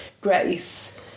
grace